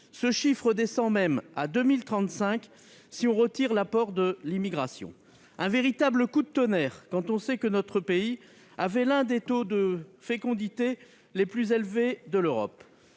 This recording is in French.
Ce chiffre descend même à 2035 si l'on retire l'apport de l'immigration. Il s'agit d'un véritable coup de tonnerre, quand on sait que notre pays avait l'un des taux de fécondité les plus élevés d'Europe.